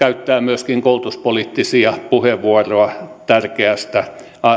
myöskin koulutuspoliittisia puheenvuoroja tärkeästä